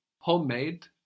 Homemade